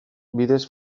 bidez